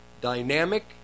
dynamic